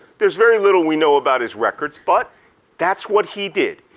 there's very little we know about his records but that's what he did.